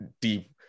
deep